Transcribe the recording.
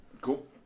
Cool